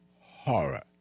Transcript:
horror